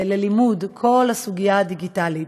ללימוד כל הסוגיה הדיגיטלית.